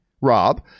Rob